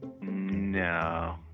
No